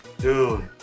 Dude